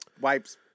wipes